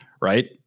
right